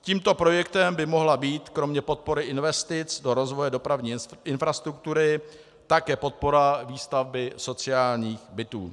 Tímto projektem by mohla být kromě podpory investic do rozvoje dopravní infrastruktury také podpora výstavby sociálních bytů.